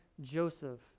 Joseph